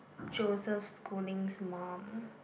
Joseph-Schooling's mum